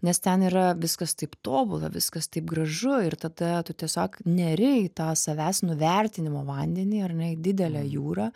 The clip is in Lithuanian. nes ten yra viskas taip tobula viskas taip gražu ir tada tu tiesiog neri į tą savęs nuvertinimo vandenį ar ne į didelę jūrą